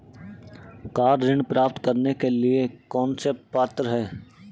Car ऋण प्राप्त करने के लिए कौन पात्र है?